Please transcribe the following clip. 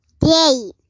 Day